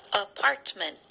Apartment